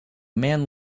man